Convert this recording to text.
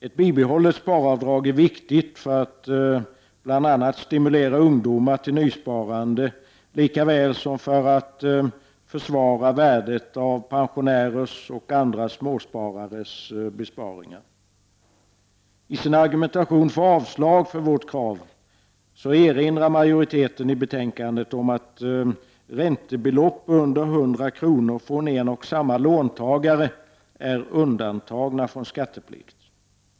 Ett bibehållet sparavdrag är viktigt för att bl.a. stimulera ungdomar till nysparande och för att försvara värdet av pensionärers och andra småsparares besparingar. I sin argumentation för avslag på vårt krav erinrar majoriteten i betänkandet om att räntebelopp under 100 kr. från en och samma låntagare är undantagna från skatteplikt.